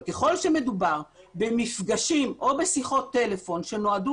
אבל ככל שמדובר במפגשים או בשיחות טלפון שנועדו